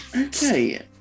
Okay